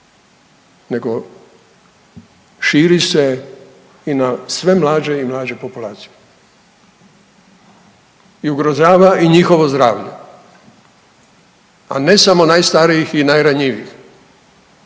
nego širi se i na sve mlađe i mlađe populacije i ugrožava i njihovo zdravlje, a ne samo najstarijih i najranjivijih.